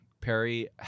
Perry